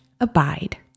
abide